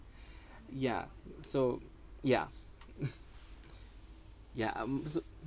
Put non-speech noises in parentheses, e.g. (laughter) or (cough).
yeah so yeah (laughs) yeah um